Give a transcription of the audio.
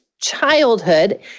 childhood